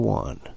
one